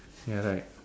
ya right